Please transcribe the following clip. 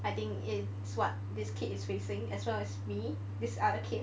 I think it's what this kid is facing as well as me this other kid